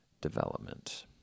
development